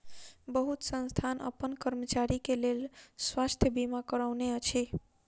बहुत संस्थान अपन कर्मचारी के लेल स्वास्थ बीमा करौने अछि